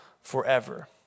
forever